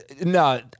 no